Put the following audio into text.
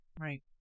Right